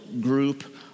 group